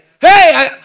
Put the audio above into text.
hey